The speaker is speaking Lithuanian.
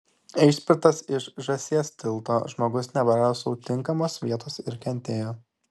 išspirtas iš žąsies tilto žmogus neberado sau tinkamos vietos ir kentėjo